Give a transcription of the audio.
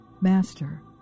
master